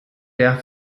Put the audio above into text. der